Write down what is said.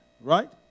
Right